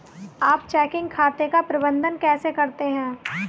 आप चेकिंग खाते का प्रबंधन कैसे करते हैं?